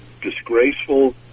disgraceful